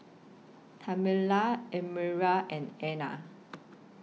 Tamela Elmyra and Ana